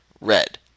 red